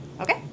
Okay